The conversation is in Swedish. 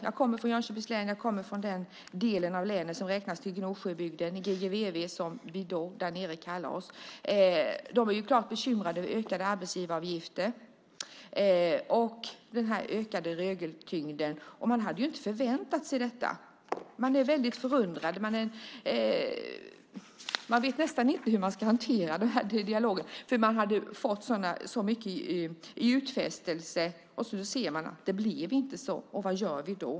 Jag kommer från Jönköpings län, från den del av länet som räknas till Gnosjöbygden, GGVV som vi därnere kallar oss. Där är man klart bekymrad över ökade arbetsgivaravgifter och den ökade regeltyngden. Man hade inte förväntat sig detta. Man är väldigt förundrad och vet nästan inte hur man ska hantera situationen, för man hade ju fått så mycket i utfästelser och ser nu att det inte blir så som de blivit lovade. Vad gör vi då?